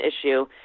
issue